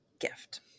gift